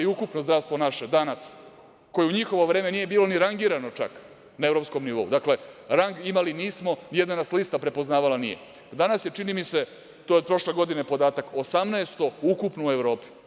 Ukupno zdravstvo naše danas, koje u njihovo vreme nije bilo ni rangirano čak na evropskom nivou, rang imali nismo, nijedna nas lista prepoznavala nije, danas je, čini mi se, to je od prošle godine podatak, 18 ukupno u Evropi.